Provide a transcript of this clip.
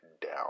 down